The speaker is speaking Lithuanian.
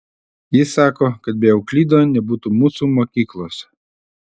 jis sako kad be euklido nebūtų mūsų mokyklos